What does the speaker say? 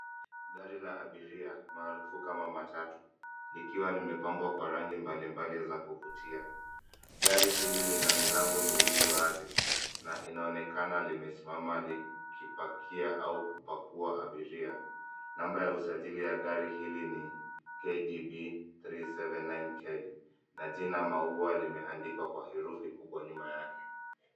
Gari la abiria maarufu kama matatu likiwa limepambwa kwa rangi mbalimbali za kuvutia. Gari hili lina milango miwili wazi, na inaonekana limesimama likipakia au kupakua abiria. Namba ya usajili ya gari hili ni KDB 379K na jina Maua limeandikwa kwa herufi kubwa nyuma yake.